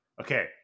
Okay